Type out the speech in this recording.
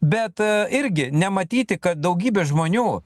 bet irgi nematyti kad daugybė žmonių